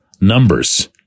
numbers